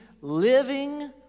living